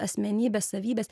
asmenybės savybės